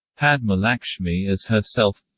padma lakshmi as herself